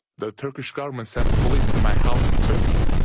the turkish government sent police to my house in turkey,